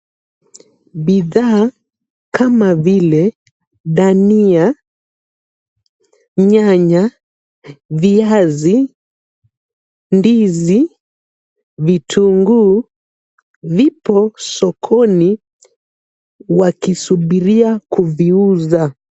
Bidhaa kama vile dania, nyanya, viazi, ndizi, vitunguu vipo sokoni wakisubiria kuviuza.